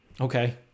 okay